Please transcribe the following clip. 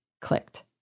clicked